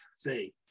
faith